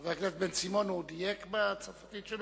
חבר הכנסת בן-סימון, הוא דייק בצרפתית שלו?